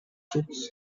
chips